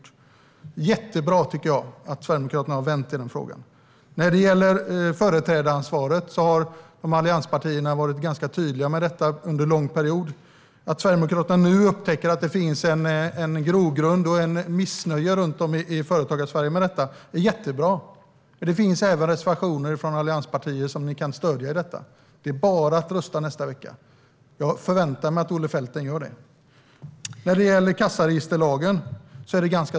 Det är jättebra, tycker jag, att Sverigedemokraterna har vänt i den frågan. När det gäller företrädaransvaret har allianspartierna varit ganska tydliga under en lång period. Att Sverigedemokraterna nu upptäcker att det finns en grogrund och ett missnöje med detta runt om i Företagarsverige är jättebra. Det finns reservationer från allianspartier som ni kan stödja även när det gäller detta - det är bara att rösta nästa vecka. Jag förväntar mig att Olle Felten gör det.